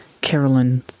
Carolyn